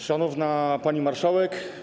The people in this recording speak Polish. Szanowna Pani Marszałek!